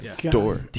Door